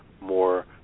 more